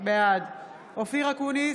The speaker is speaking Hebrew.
בעד אופיר אקוניס,